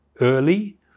early